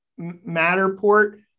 Matterport